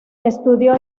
estudió